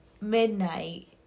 midnight